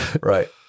Right